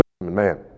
man